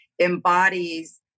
embodies